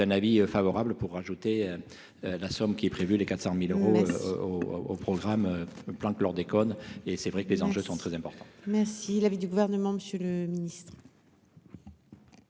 un avis favorable pour rajouter la somme qui est prévue les 400000 euros au programme le plan chlordécone et c'est vrai que les enjeux sont très importants. Merci l'avis du gouvernement, Monsieur le Ministre.